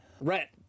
Rhett